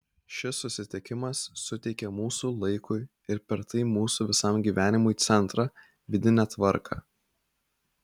šis susitikimas suteikia mūsų laikui ir per tai mūsų visam gyvenimui centrą vidinę tvarką